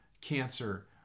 cancer